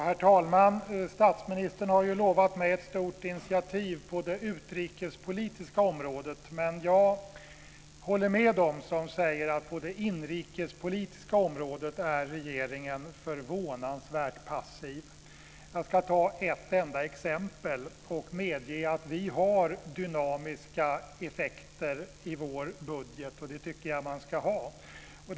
Herr talman! Statsministern har lovat mig ett stort initiativ på det utrikespolitiska området. Men jag håller med dem som säger att regeringen på det inrikespolitiska området är förvånansvärt passiv. Jag ska ta ett enda exempel och medge att vi har dynamiska effekter i vår budget, och det tycker jag att man ska ha.